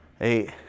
eight